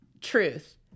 truth